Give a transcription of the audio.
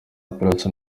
pallaso